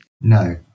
No